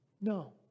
no